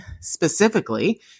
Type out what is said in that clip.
specifically